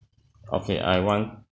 okay I want